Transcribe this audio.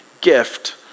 gift